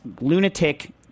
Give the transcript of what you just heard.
lunatic